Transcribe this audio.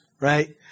right